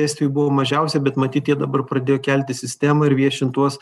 estijoj buvo mažiausia bet matyt jie dabar pradėjo kelti sistemą ir viešint tuos